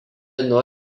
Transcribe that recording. nuo